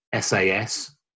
SAS